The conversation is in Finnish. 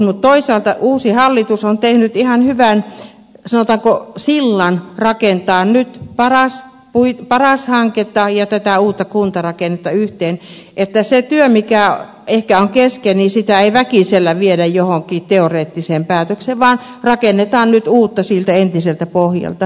mutta toisaalta uusi hallitus on tehnyt ihan hyvän sanotaanko sillan rakentaa nyt paras hanketta ja tätä uutta kuntarakennetta yhteen niin että sitä työtä mikä ehkä on kesken ei väkisellä viedä johonkin teoreettiseen päätökseen vaan rakennetaan nyt uutta siltä entiseltä pohjalta